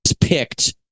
picked